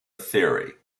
theory